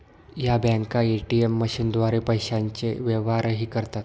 या बँका ए.टी.एम मशीनद्वारे पैशांचे व्यवहारही करतात